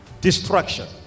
destruction